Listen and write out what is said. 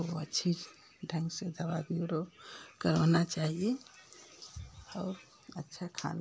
आपको वो अच्छी ढंग से दवा वीरो करवाना चाहिए और अच्छा खान